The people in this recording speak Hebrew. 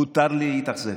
מותר לי להתאכזב.